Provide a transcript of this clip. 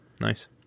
Nice